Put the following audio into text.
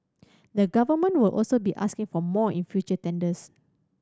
the Government will also be asking for more in future tenders